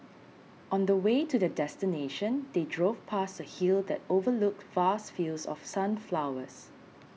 on the way to their destination they drove past a hill that overlooked vast fields of sunflowers